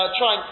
try